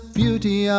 beauty